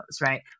right